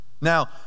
Now